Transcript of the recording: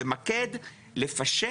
אנחנו רוצים למקד ולפשט,